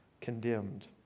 condemned